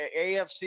AFC